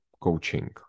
coaching